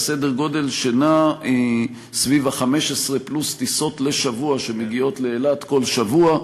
לסדר גודל של סביב 15 פלוס טיסות שמגיעות לאילת כל שבוע.